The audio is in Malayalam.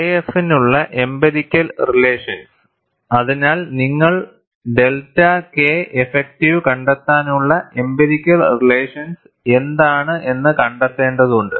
കെഎഫ് നുള്ള എംപിരിക്കൽ റിലേഷൻസ് അതിനാൽ നിങ്ങൾ ഡെൽറ്റ k ഇഫക്റ്റീവ് കണ്ടെത്താനുള്ള എംപിരിക്കൽ റിലേഷൻസ് എന്താണ് എന്ന് കണ്ടെത്തേണ്ടതുണ്ട്